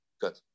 Good